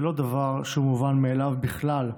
זה לא דבר שהוא מובן מאליו בכלל.